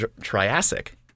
Triassic